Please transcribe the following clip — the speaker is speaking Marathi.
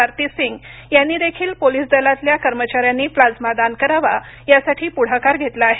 आरती सिंग यांनी देखील पोलीस दलातल्या कर्मचाऱ्यांनी प्लाझ्मा दान करावा यासाठी पुढाकार घेतला आहे